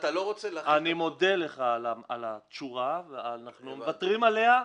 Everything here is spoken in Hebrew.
אני מודה לך את התשורה, אנחנו מוותרים עליה,